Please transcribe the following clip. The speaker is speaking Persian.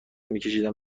میکشیدم